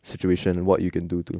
situation what you can do to